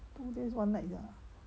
two days one night the ah